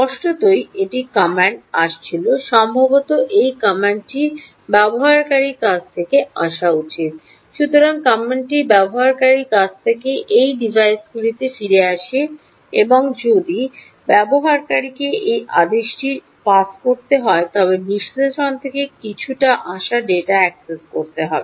স্পষ্টতই একটি কমান্ড আসছিল সম্ভবত এই কমান্ডটি ব্যবহারকারীর কাছ থেকে আসা উচিত সুতরাং কমান্ডটি ব্যবহারকারীর কাছ থেকে এই ডিভাইসগুলিতে ফিরে আসে এবং যদি ব্যবহারকারীকে সেই আদেশটি পাস করতে হয় তবে বিশ্লেষণ থেকে আসা কিছু ডেটা অ্যাক্সেস করতে হবে